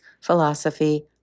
philosophy